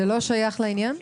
זה לא שייך לעניין?